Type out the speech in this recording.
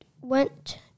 went